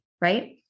right